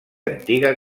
antiga